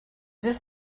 this